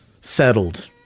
settled